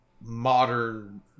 modern